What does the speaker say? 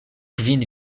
kvin